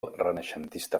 renaixentista